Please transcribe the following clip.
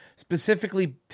Specifically